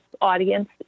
audience